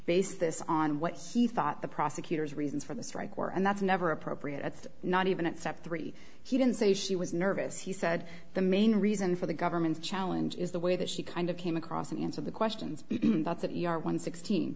this on what he thought the prosecutor's reasons for the strike were and that's never appropriate it's not even except three he didn't say she was nervous he said the main reason for the government's challenge is the way that she kind of came across an answer the questions that you are one sixteen